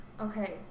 Okay